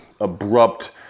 abrupt